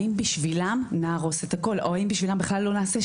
האם בשבילם נהרוס את הכול או האם בשבילם בכלל לא נעשה?